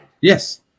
Yes